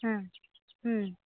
हा